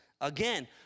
again